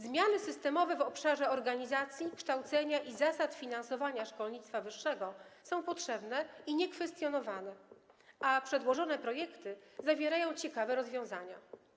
Zmiany systemowe w obszarze organizacji, kształcenia i zasad finansowania szkolnictwa wyższego są potrzebne i niekwestionowane, a przedłożone projekty zawierają ciekawe rozwiązania.